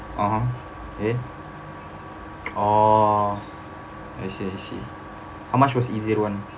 (uh huh) ya orh I see I see how much was eday one